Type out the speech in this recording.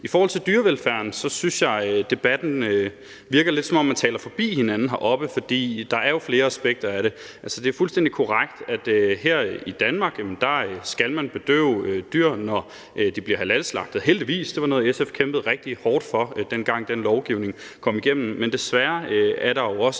I forhold til dyrevelfærden synes jeg, at det lidt virker, som om man taler forbi hinanden i debatten her, for der er jo flere aspekter af det. Det er fuldstændig korrekt, at her i Danmark skal man bedøve dyr, når de bliver halalslagtet, heldigvis. Det var noget, SF kæmpede rigtig hårdt for, dengang den lovgivning kom igennem, men desværre sker der jo også